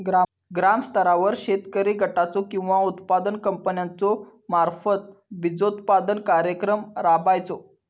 ग्रामस्तरावर शेतकरी गटाचो किंवा उत्पादक कंपन्याचो मार्फत बिजोत्पादन कार्यक्रम राबायचो?